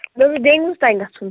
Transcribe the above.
مےٚ حظ اوس بیمِیُن تانۍ گَژھُن